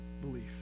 belief